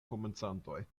komencantoj